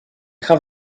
have